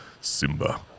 Simba